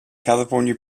california